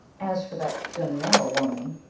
as for that donnell woman,